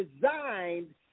designed